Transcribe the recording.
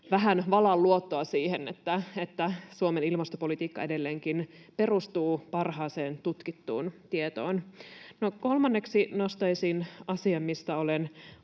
vähän valaa luottoa siihen, että Suomen ilmastopolitiikka edelleenkin perustuu parhaaseen tutkittuun tietoon. Kolmanneksi nostaisin asian, mihin olen